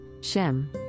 Shem